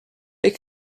ich